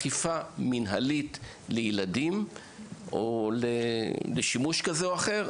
הנקודה צריכה להיות באכיפה מנהלית לילדים או לשימוש כזה או אחר,